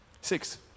six